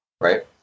right